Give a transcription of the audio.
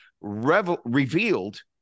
revealed